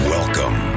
Welcome